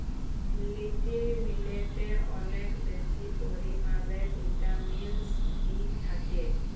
little মিলেটে অলেক বেশি পরিমালে ভিটামিল বি থ্যাকে